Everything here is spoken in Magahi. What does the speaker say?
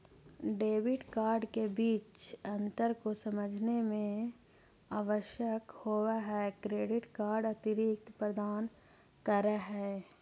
डेबिट कार्ड के बीच अंतर को समझे मे आवश्यक होव है क्रेडिट कार्ड अतिरिक्त प्रदान कर है?